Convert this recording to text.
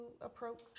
approach